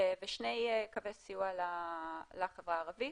ושני קווי סיוע לחברה הערבית,